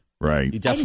Right